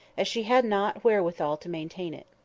as she had not wherewithal to maintain it.